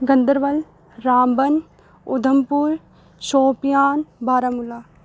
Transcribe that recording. Ganderbal Ramban Udhampur Shopian Baramulla